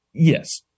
Yes